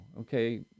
okay